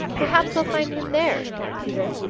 perhaps i'll find him there, thought peter,